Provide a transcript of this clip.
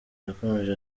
yakomeje